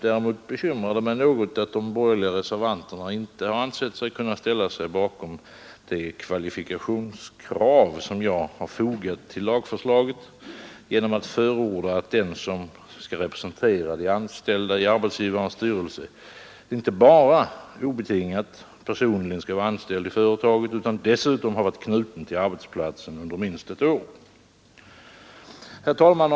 Däremot bekymrar det mig något att de borgerliga reservanterna inte har ansett sig kunna ställa sig bakom det kvalifikationskrav, som jag har fogat till lagförslaget genom att förorda att den som skall representera de anställda i arbetsgivarens styrelse inte bara obetingat personligen skall vara anställd i företaget utan dessutom ha varit knuten till arbetsplatsen under minst ett år. Herr talman!